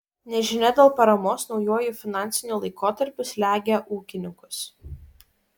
nežinia dėl paramos naujuoju finansiniu laikotarpiu slegia ūkininkus